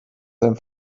sein